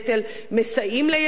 מסייעים לילדינו.